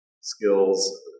skills